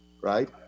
right